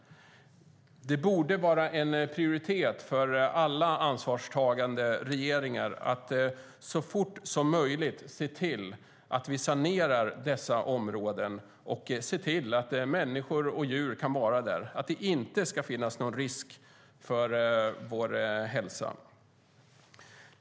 Det borde vara en prioritet för alla ansvarstagande regeringar att så fort som möjligt se till att vi sanerar dessa områden så att människor och djur kan vistas där. Det ska inte innebära någon risk för vår hälsa.